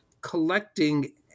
collecting